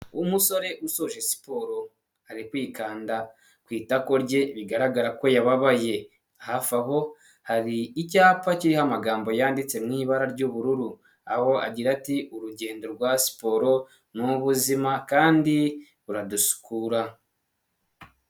Umusore usoje siporo, ari kwikanda ku itako rye, bigaragara ko yababaye. Hafi aho hari icyapa kiriho amagambo yanditse mu ibara ry'ubururu. Aho agira ati "Urugendo rwa siporo ni ubuzima, kandi buradusukura".